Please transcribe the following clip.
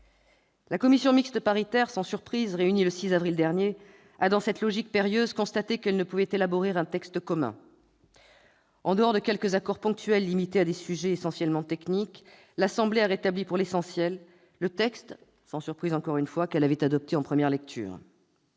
la commission mixte paritaire, réunie le 6 avril dernier, a dans cette logique périlleuse constaté qu'elle ne pouvait élaborer un texte commun. En dehors de quelques accords ponctuels limités à des sujets essentiellement techniques, l'Assemblée nationale a rétabli pour l'essentiel, encore une fois sans surprise, le texte qu'elle avait adopté en première lecture.